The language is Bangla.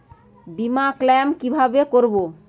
বিমা ক্লেম কিভাবে করব?